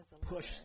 push